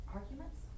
Arguments